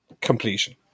completion